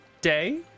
day